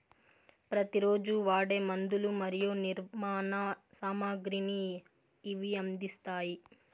ప్రతి రోజు వాడే మందులు మరియు నిర్మాణ సామాగ్రిని ఇవి అందిస్తాయి